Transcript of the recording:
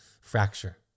fracture